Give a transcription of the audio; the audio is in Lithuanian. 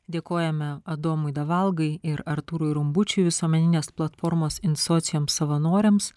dėkojame adomui davalgai ir artūrui rumbučiui visuomeninės platformos in socium savanoriams